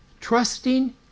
trusting